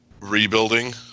rebuilding